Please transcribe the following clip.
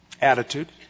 Attitude